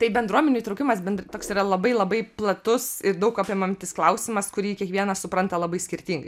tai bendruomenių įtraukimas bendr toks yra labai labai platus ir daug apimantis klausimas kurį kiekvienas supranta labai skirtingai